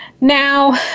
Now